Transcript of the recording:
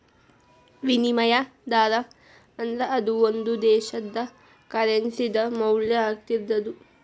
ವಿನಿಮಯ ದರಾ ಅಂದ್ರ ಅದು ಒಂದು ದೇಶದ್ದ ಕರೆನ್ಸಿ ದ ಮೌಲ್ಯ ಆಗಿರ್ತದ